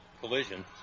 Collision